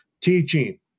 teaching